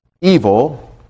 evil